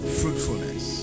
fruitfulness